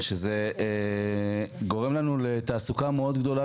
שזה גורם לנו לתעסוקה מאוד גבוהה,